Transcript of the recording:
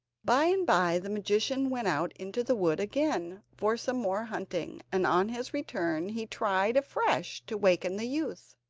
by-and-by the magician went out into the wood again for some more hunting, and on his return he tried afresh to waken the youth.